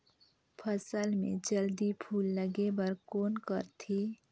फसल मे जल्दी फूल लगे बर कौन करथे?